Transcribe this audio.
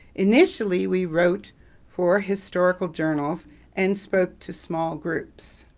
initially we wrote four historical journals and spoke to small groups.